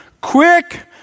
quick